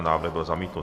Návrh byl zamítnut.